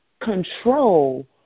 control